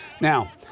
Now